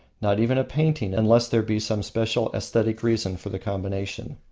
not even a painting, unless there be some special aesthetic reason for the combination.